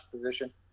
position